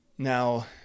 Now